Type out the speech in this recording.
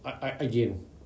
again